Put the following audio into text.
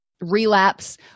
relapse